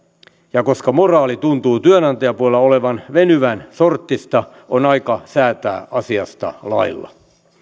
ja koska moraali tuntuu työnantajapuolella olevan venyvänsorttista on aika säätää asiasta lailla